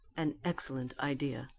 an excellent idea,